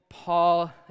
Paul